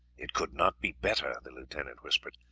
it could not be better, the lieutenant whispered.